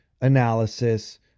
analysis